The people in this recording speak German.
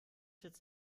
jetzt